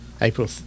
April